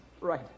Right